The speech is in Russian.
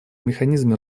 механизме